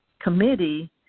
committee